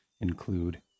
include